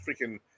freaking